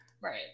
Right